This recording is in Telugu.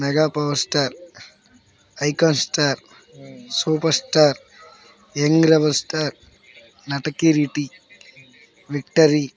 mega power star icon star super star young rebel star నట కిరీటి విక్టరీ